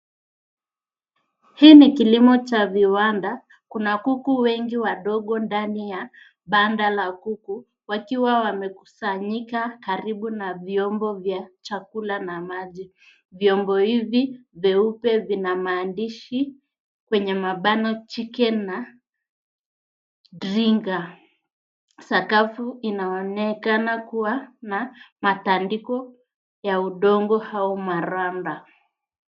Hii ni kilimo cha viwanda, kuna kuku wengi wadogo ndani la banda la kuku wakiwa wamekusanyika karibu na viombo vya chakula na maji. Vyombo hivi vyeupe vina maandishi kwenye mabano Chicken na drinker . Sakafu inaonekana kuwa na matandiko ya udongo au maranda.